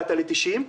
והגעת ל-90,